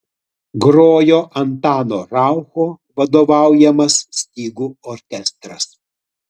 grojo antano raucho vadovaujamas stygų orkestras